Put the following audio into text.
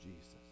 Jesus